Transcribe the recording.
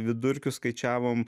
vidurkius skaičiavom